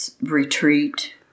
retreat